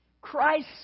Christ